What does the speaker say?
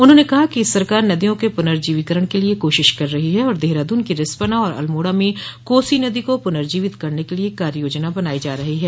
उन्होंने कहा कि सरकार नदियों के प्रनर्जीविकरण के लिए कोशिश कर रही है और देहरादून की रिस्पना और अल्मोड़ा में कोसी नदी को पुनर्जीवित करने के लिए कार्ययोजना बनाई जा रही हैं